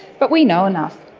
but we know enough,